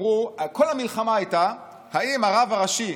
כל המלחמה הייתה אם הרב הראשי,